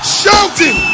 shouting